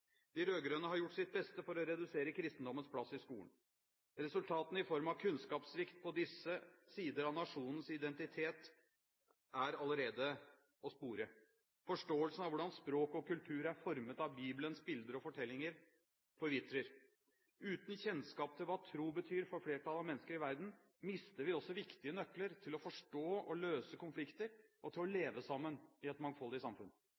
De rød-grønne har gjort sitt beste for å redusere kristendommens plass i skolen. Resultatene i form av kunnskapssvikt på disse sider av nasjonens identitet er allerede å spore. Forståelsen av hvordan språk og kultur er formet av Bibelens bilder og fortellinger, forvitrer. Uten kjennskap til hva tro betyr for flertallet av mennesker i verden, mister vi også viktige nøkler til å forstå og løse konflikter og til å leve sammen i et mangfoldig samfunn.